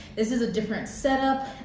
this is a different setup,